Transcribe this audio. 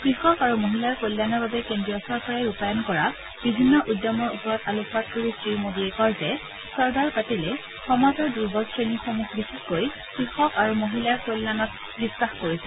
কৃষক আৰু মহিলাৰ কল্যাণৰ বাবে কেন্দ্ৰীয় চৰকাৰে ৰূপায়ণ কৰা বিভিন্ন উদ্যমৰ ওপৰত আলোকপাত কৰি শ্ৰী মোডীয়ে কয় যে চৰ্দাৰ পেটেলে সমাজৰ দুৰ্বল শ্ৰেণীসমূহ বিশেষকৈ কৃষক আৰু মহিলাৰ কল্যাণত বিশ্বাস কৰিছিল